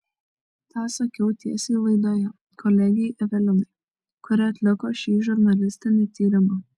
tą sakiau tiesiai laidoje kolegei evelinai kuri atliko šį žurnalistinį tyrimą